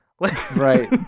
Right